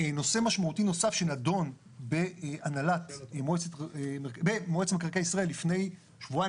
נושא משמעותי נוסף שנדון במועצת מקרקעי ישראל לפני שבועיים,